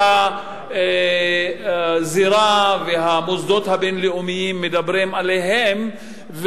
שהזירה והמוסדות הבין-לאומיים מדברים עליהם,